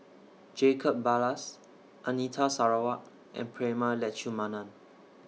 Jacob Ballas Anita Sarawak and Prema Letchumanan